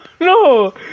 no